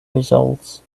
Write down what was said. results